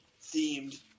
themed